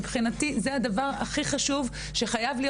מבחינתי זה הדבר הכי חשוב שחייב להיות